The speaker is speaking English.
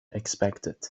expected